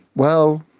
well,